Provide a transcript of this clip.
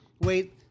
Wait